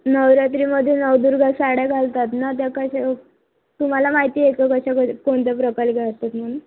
नवरात्रीमध्ये नवदुर्गा साड्या घालतात ना त्या कशा तुम्हाला माहिती येतं कशा कोणत्या प्रकारे घालतात म्हणून